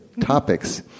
topics